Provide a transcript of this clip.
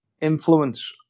influence